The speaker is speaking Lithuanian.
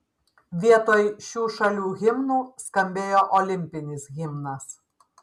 vietoj šių šalių himnų skambėjo olimpinis himnas